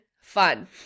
fun